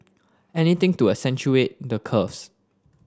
anything to accentuate the curves